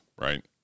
right